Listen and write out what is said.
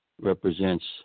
represents